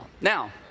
Now